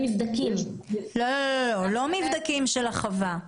לא, לא, לא מבדקים של החווה,